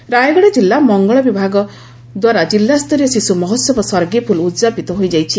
ସର୍ଗିପୁଲ ରାୟଗଡ଼ା ଜିଲ୍ଲା ମଙ୍ଗଳ ବିଭାଗ ଦ୍ୱାରା ଜିଲ୍ଲାସ୍ତରୀୟ ଶିଶୁ ମହୋସବ ସରିପୁଲ ଉଦଯାପିତ ହୋଇଯାଇଛି